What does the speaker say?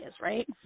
right